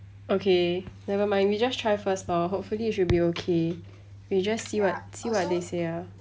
okay nevermind we just try first lor hopefully it should be okay we just see what see what they say ah